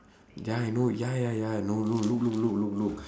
ya I know ya ya ya I know look look look look look